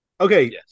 Okay